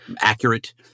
accurate